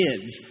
kids